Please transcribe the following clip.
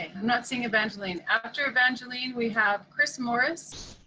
not seeing evangeline. after evangeline, we have chris morris.